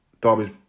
Derby's